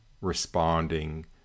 responding